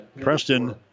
Preston